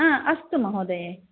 हा अस्तु महोदये